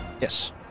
Yes